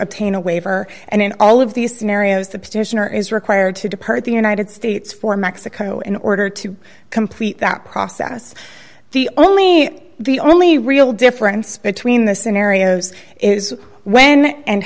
obtain a waiver and in all of these scenarios the petitioner is required to depart the united states for mexico in order to complete that process the only the only real difference between the scenarios is when and